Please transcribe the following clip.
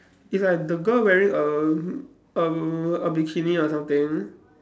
it's like the girl wearing a a a bikini or something